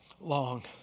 long